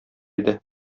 иде